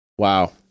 Wow